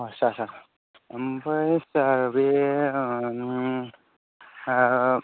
आदसा सा ओमफाय सार बे